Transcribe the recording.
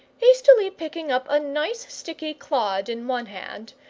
hastily picking up a nice sticky clod in one hand,